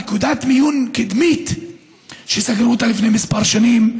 נקודת מיון קדמית שסגרו אותה לפני כמה שנים,